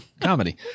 comedy